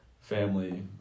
family